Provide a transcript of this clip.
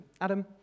Adam